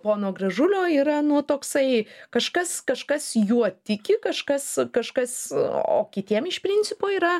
pono gražulio yra nu toksai kažkas kažkas juo tiki kažkas kažkas o kitiem iš principo yra